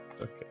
Okay